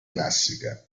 classica